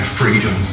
freedom